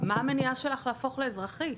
מה המניעה שלך להפוך לאזרחית?